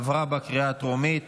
עברה בקריאה הטרומית